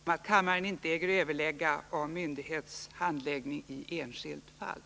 Jag får erinra talaren om att kammaren inte äger överlägga om myndighets handläggning i enskilt fall.